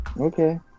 okay